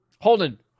Holden